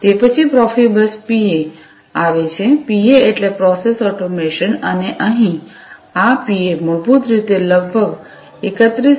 તે પછી Profibus PA આવે છે પીએ એટલે પ્રોસેસ ઑટોમેશન અને અહીં આ પીએ મૂળભૂત રીતે લગભગ 31